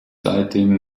seitdem